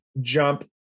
jump